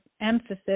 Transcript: emphasis